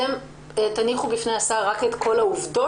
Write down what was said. אתם תניחו בפני השר רק את כל העובדות